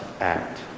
act